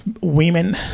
women